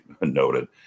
noted